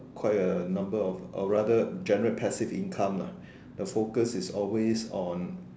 quite a number of or rather generate passive income lah the focus is always on